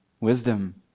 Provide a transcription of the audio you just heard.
wisdom